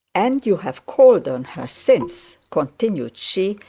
and you have called on her since continued she,